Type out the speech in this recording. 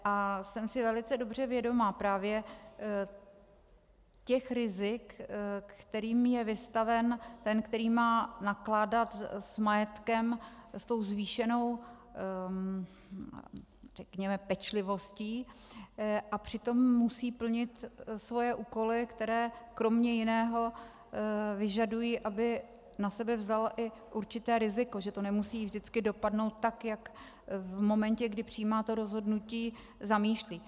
A jsem si velice dobře vědoma právě těch rizik, kterým je vystaven ten, který má nakládat s majetkem s tou zvýšenou pečlivostí a přitom musí plnit svoje úkoly, které kromě jiného vyžadují, aby na sebe vzal i určité riziko, že to nemusí vždycky dopadnout tak, jak v momentě, kdy přijímá to rozhodnutí, zamýšlí.